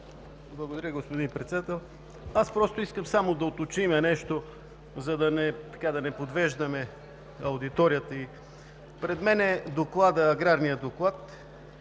Благодаря, господин Председател. Искам само да уточним нещо, за да не подвеждаме аудиторията. Пред мен е Аграрният доклад